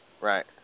Right